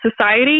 society